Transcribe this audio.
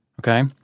Okay